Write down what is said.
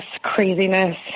craziness